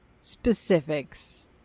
specifics